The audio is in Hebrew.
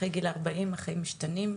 אחרי גיל 40 החיים משתנים,